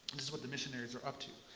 this is what the missionaries are up to.